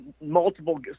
multiple